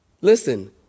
Listen